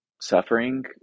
suffering